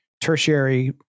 tertiary